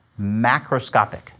macroscopic